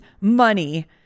money